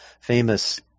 famous